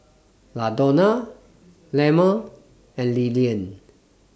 Ladonna Lemma and Lillian